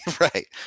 right